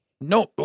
No